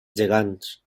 gegants